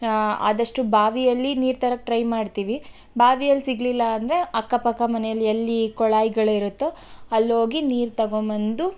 ಆದಷ್ಟು ಬಾವಿಯಲ್ಲಿ ನೀರು ತರಕೆ ಟ್ರೈ ಮಾಡ್ತೀವಿ ಬಾವಿಯಲ್ಲಿ ಸಿಗಲಿಲ್ಲ ಅಂದರೆ ಅಕ್ಕ ಪಕ್ಕ ಮನೆಯಲ್ಲಿ ಎಲ್ಲಿ ಕೊಳಾಯಿಗಳಿರುತ್ತೋ ಅಲ್ಹೋಗಿ ನೀರು ತಗೊಂಬಂದು